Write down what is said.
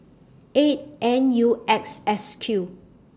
eight N U X S Q